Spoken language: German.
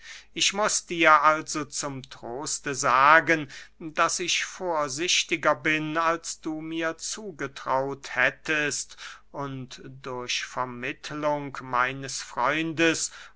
ich muß dir also zum troste sagen daß ich vorsichtiger bin als du mir zugetraut hättest und durch vermittlung meines freundes